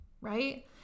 right